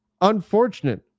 unfortunate